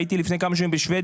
הייתי לפני כמה שנים בשבדיה.